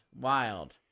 Wild